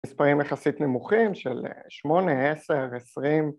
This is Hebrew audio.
‫מספרים יחסית נמוכים ‫של שמונה, עשר, עשרים.